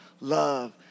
love